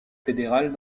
fédéral